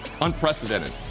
unprecedented